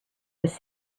was